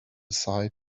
aside